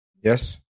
Yes